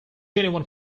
anyone